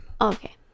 Okay